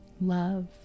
love